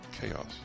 chaos